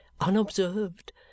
unobserved